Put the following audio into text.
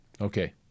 Okay